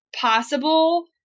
possible